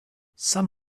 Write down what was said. some